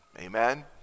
Amen